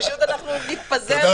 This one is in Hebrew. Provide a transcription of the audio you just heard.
פשוט נתפזר --- את חוק התקציב.